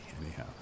anyhow